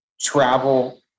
travel